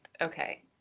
okay